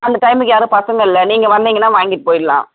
அந்த டைமுக்கு யாரும் பசங்கள் இல்லை நீங்கள் வந்திங்கனால் வாங்கிட்டு போயிடலாம்